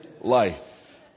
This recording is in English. life